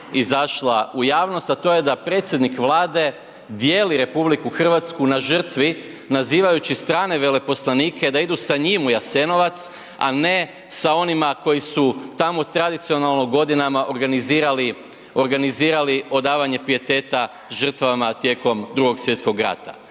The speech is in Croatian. izašla u javnost, a to je da predsjednik Vlade dijeli RH na žrtvi, nazivajući strane veleposlanike da idu sa njim u Jasenovac, a ne sa onima koji su tamo tradicionalno godinama organizirali odavanje pijeteta žrtvama tijekom II. Svj. rata.